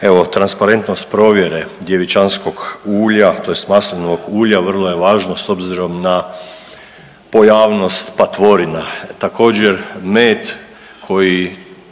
evo transparentnost provjere djevičanskog ulja, tj. maslinovog ulja vrlo je važno s obzirom na pojavnost patvorina. Također med koji